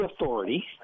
authority